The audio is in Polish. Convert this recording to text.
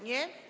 Nie.